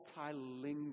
multilingual